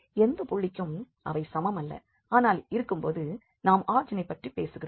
எந்த புள்ளிக்கும் அவை சமமல்ல ஆனால் இருக்கும்போது நாம் ஆரிஜினைப் பற்றி பேசுகிறோம்